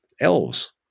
elves